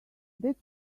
that